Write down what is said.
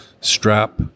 Strap